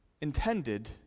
intended